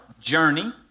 journey